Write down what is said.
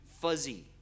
fuzzy